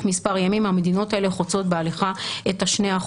מספר ימים המדינות האלה חוצות בהליכה את ה-2%.